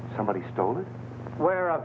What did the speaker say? somebody stole it where